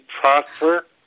prosper